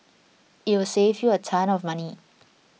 it will save you a ton of money